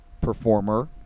performer